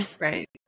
Right